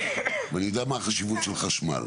ואני יודע מה החשיבות של חשמל.